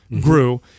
grew